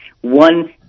one